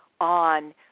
on